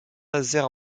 nazaire